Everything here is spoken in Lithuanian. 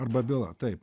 arba byla taip